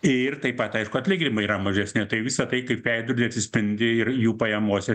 ir taip pat aišku atlyginimai yra mažesni tai visa tai kaip veidrody atsispindi ir jų pajamose